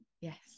Yes